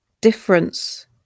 difference